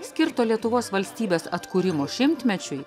skirto lietuvos valstybės atkūrimo šimtmečiui